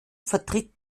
vertritt